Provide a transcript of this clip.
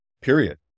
period